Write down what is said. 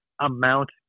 amount